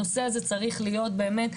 הנושא הזה צריך להיות באמת,